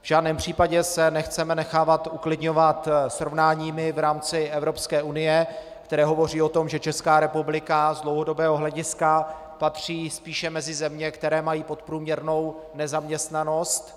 V žádném případě se nechceme nechávat uklidňovat srovnáními v rámci Evropské unie, která hovoří o tom, že Česká republika z dlouhodobého hlediska patří spíše mezi země, které mají podprůměrnou nezaměstnanost.